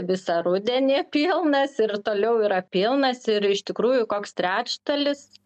visą rudenį pilnas ir toliau yra pilnas ir iš tikrųjų koks trečdalis